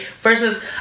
Versus